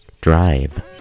drive